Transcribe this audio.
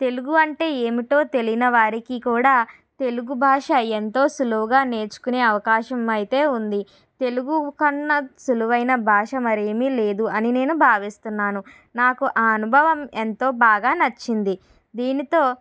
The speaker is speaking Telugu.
తెలుగు అంటే ఏమిటో తెలియని వారికి కూడా తెలుగు భాష ఎంతో సులువుగా నేర్చుకునే అవకాశం అయితే ఉంది తెలుగు కన్నా సులువైన భాష మరేమి లేదు అని నేను భావిస్తున్నాను నాకు ఆ అనుభవం ఎంతో బాగా నచ్చింది దీనితో